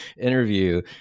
interview